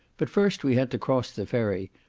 but first we had to cross the ferry,